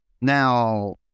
Now